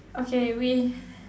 okay we